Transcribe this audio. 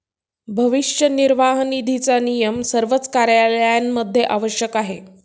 भविष्य निर्वाह निधीचा नियम सर्वच कार्यालयांमध्ये आवश्यक आहे